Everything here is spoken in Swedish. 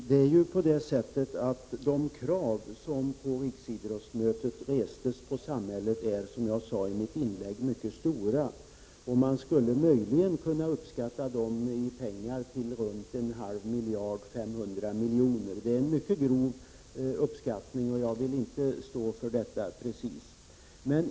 Fru talman! De krav på samhället som ställdes på riksidrottsmötet är, som jag sade i mitt tidigare inlägg, mycket stora. Man skulle möjligen kunna uppskatta de kraven i pengar till runt en halv miljard, dvs. 500 milj.kr. Detta är en mycket grov uppskattning, och jag vill inte stå för den exakta siffran.